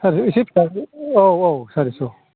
एसे फिसाखौ औ औ सारिस'